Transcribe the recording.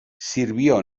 sirvió